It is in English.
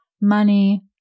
money